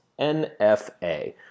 nfa